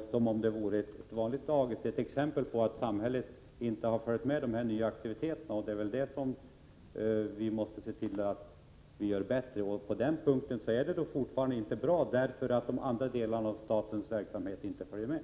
som på ett vanligt dagis. Det är exempel på att samhället inte har följt med i de nya aktiviteterna. Vi måste se till att samhället gör detta bättre. Det är fortfarande inte bra på denna punkt, eftersom övriga delar av statlig verksamhet inte följer med.